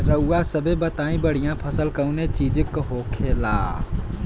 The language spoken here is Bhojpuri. रउआ सभे बताई बढ़ियां फसल कवने चीज़क होखेला?